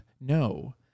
No